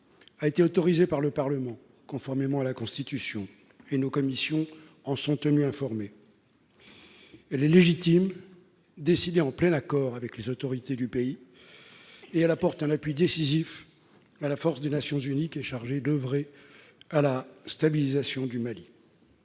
a été autorisée par le Parlement, conformément à la Constitution, et nos commissions en sont tenues informées. Elle est légitime, a été décidée en plein accord avec les autorités du pays, et elle apporte un appui décisif à la force des Nations unies chargée d'oeuvrer à la stabilisation du Mali.